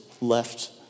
left